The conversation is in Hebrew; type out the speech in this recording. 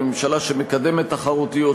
בממשלה שמקדמת תחרותיות,